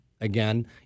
again